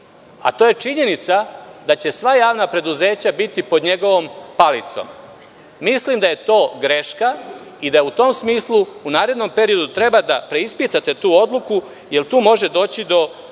a to je činjenica da će sva javna preduzeća biti pod njegovom palicom. Mislim da je to greška i da u tom smislu u narednom periodu treba da preispitate tu odluku, jer tu može doći do